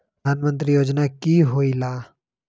प्रधान मंत्री योजना कि होईला?